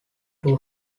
too